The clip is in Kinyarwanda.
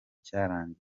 cyarangiye